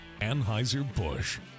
Anheuser-Busch